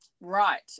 Right